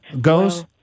goes